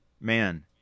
man